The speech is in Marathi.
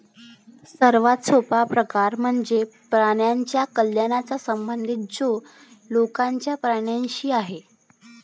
सर्वात सोपा प्रकार म्हणजे प्राण्यांच्या कल्याणाचा संबंध जो लोकांचा प्राण्यांशी आहे